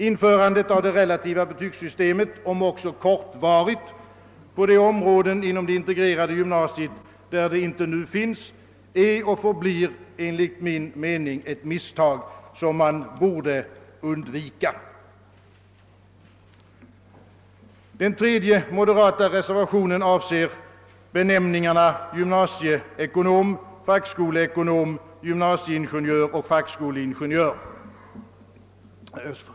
Införandet av det relativa betygssystemet — om också kortvarigt — på de områden inom det integrerade gymnasiet där det inte nu finns är och förblir enligt min mening ett misstag som man borde undvika. Den tredje moderata reservationen avser benämningarna gymnasieekonom, fackskoleekonom, gymnasieingenjör och fackskoleingenjör.